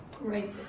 Right